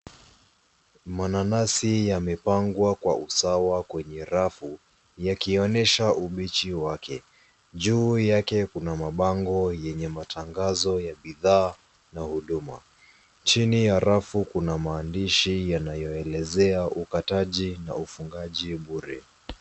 Mananasi yamepangwa kwa usawa kwenye rafu, yakionyesha ubichi wake. Juu yake kuna mabango yenye matangazo ya bidhaa na huduma. Chini ya rafu kuna maandishi yanayoelezea ukataji na ufungaji bure.